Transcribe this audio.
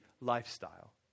lifestyle